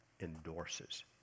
endorses